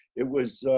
it was